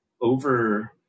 over